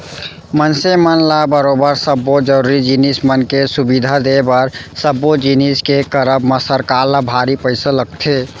मनसे मन ल बरोबर सब्बो जरुरी जिनिस मन के सुबिधा देय बर सब्बो जिनिस के करब म सरकार ल भारी पइसा लगथे